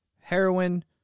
heroin